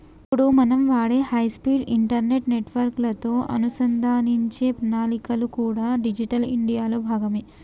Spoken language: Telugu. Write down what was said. ఇప్పుడు మనం వాడే హై స్పీడ్ ఇంటర్నెట్ నెట్వర్క్ లతో అనుసంధానించే ప్రణాళికలు కూడా డిజిటల్ ఇండియా లో భాగమే